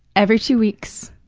every two weeks,